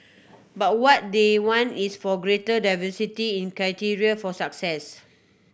but what they want is for a greater diversity in criteria for success